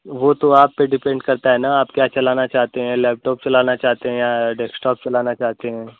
वह तो आप पर डिपेन्ड करता है ना आप क्या चलाना चाहते है आप लैपटॉप चलाना चाहते हैं या डेस्कटॉप चलाना चाहते हैं